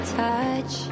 touch